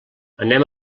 anem